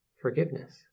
forgiveness